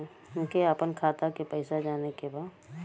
हमके आपन खाता के पैसा जाने के बा